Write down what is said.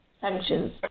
sanctions